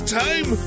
time